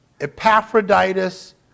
Epaphroditus